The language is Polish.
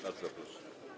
Bardzo proszę.